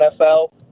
NFL